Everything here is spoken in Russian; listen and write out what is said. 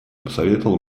посоветовал